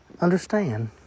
understand